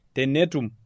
Tenetum